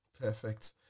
Perfect